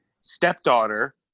stepdaughter